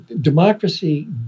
democracy